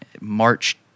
March